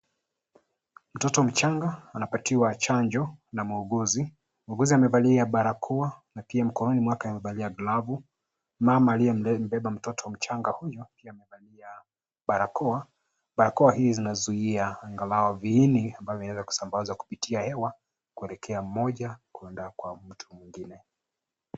Mtoto mchanga anapatiwa chanjo na muuguzi. Muuguzi amevalia barakoa na pia mkononi mwake amevalia glavu. Mama aliyembeba mtoto mchanga huyu pia amevalia barakoa. Barakoa hizi zinazuia angalau viini ambavyo vinaweza kusambazwa kupitia hewa kuelekea mmoja kwenda kwa mtu mwingine.